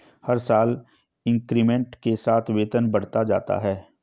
हर साल इंक्रीमेंट के साथ वेतन बढ़ता जाता है